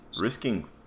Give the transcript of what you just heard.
risking